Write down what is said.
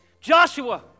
Joshua